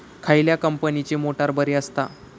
खयल्या कंपनीची मोटार बरी असता?